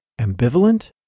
Ambivalent